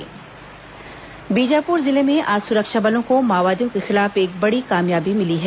माओवादी मुठभेड़ बीजापुर जिले में आज सुरक्षा बलों को माओवादियों के खिलाफ एक बड़ी कामयाबी मिली है